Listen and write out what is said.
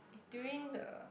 it's during the